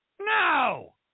No